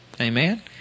Amen